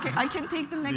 i can take the